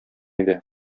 иде